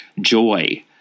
Joy